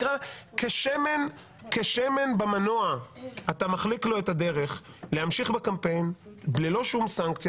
כשמן במנוע אתה מחליק לו את הדרך להמשיך בקמפיין ללא שום סנקציה.